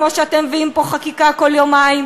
כמו שאתם מביאים פה חקיקה כל יומיים.